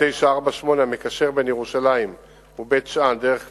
תשובת שר התחבורה והבטיחות בדרכים ישראל כץ: (לא נקראה,